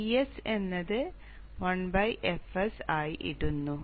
Ts എന്നത് 1 fs ആയി ഇടുന്നു